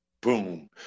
Boom